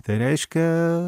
tai reiškia